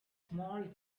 small